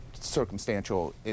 circumstantial